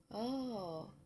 oh